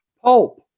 Pulp